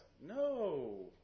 No